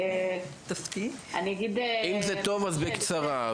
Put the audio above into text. אם זה טוב, אז בקצרה.